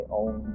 own